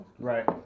Right